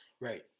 right